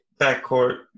backcourt